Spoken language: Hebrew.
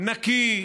נקי.